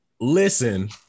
Listen